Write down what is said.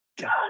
God